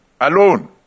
alone